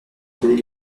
appelés